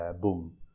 boom